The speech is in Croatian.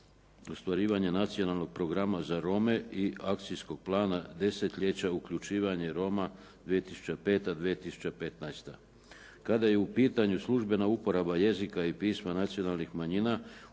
ostvarivanje nacionalnog programa za Rome i akcijskog plana desetljeća, uključivanje Roma 2005./2015. Kada je u pitanju službena uporaba jezika i pisma nacionalnih manjina